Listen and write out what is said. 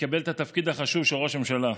יקבל את התפקיד החשוב של ראש הממשלה.